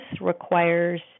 requires